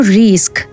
risk